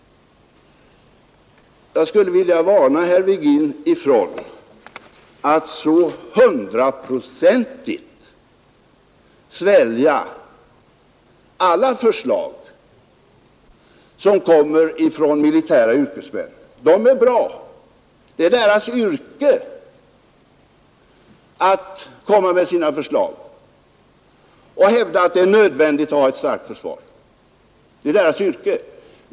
Jag skulle vilja varna herr Virgin för att så hundraprocentigt svälja alla förslag som kommer från militära yrkesmän. De är bra. Det är deras yrke att komma med förslag och hävda att det är nödvändigt att ha ett starkt försvar.